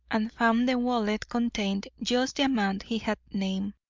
and found the wallet contained just the amount he had named.